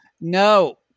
No